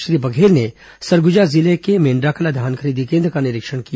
श्री बघेल ने सरगुजा जिले के मेंड् ाकला धान खरीदी केन्द्र का निरीक्षण किया